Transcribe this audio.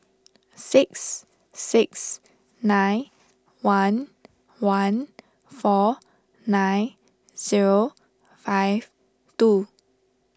six six nine one one four nine zero five two